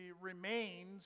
remains